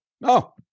No